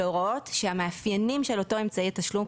להוראות בהן המאפיינים של אותו אמצעי תשלום,